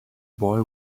boy